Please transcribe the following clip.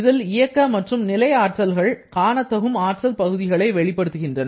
இதில் இயக்க மற்றும் நிலை ஆற்றல்கள் காணத்தகும் ஆற்றல் பகுதிகளை வெளிப்படுத்துகின்றன